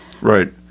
Right